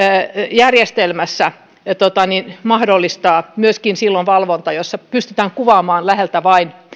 järjestelmässä siihen alempaan rikesakkoon liittyen mahdollistaa myöskin valvonta jossa pystytään kuvaamaan läheltä vain